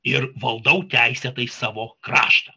ir valdau teisėtai savo kraštą